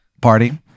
party